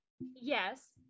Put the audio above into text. yes